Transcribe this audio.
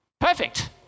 Perfect